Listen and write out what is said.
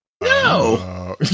No